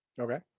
Okay